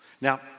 Now